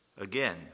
again